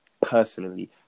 Personally